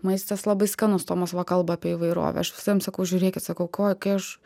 maistas labai skanus tomas va kalba apie įvairovę aš visiems sakau žiūrėkit sakau ko kai aš